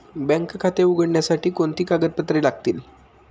Bank खाते उघडण्यासाठी कोणती कागदपत्रे लागतील?